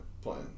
plan